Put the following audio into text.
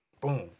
Boom